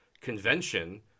convention